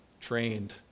trained